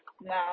now